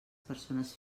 persones